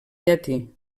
llatí